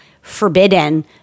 forbidden